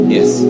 Yes